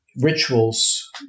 rituals